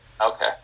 Okay